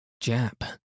Jap